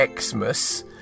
Xmas